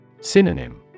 Synonym